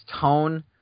tone